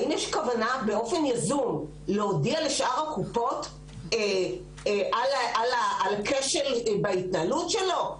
האם יש כוונה באופן יזום להודיע לשאר הקופות על הכשל בהתנהלות שלו?